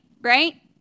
right